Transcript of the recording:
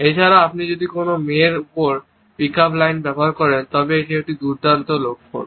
এছাড়াও আপনি যদি কোনও মেয়ের উপর পিক আপ লাইন ব্যবহার করেন তবে এটি একটি দুর্দান্ত লক্ষণ